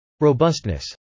Robustness